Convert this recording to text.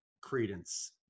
credence